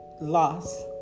loss